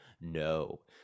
no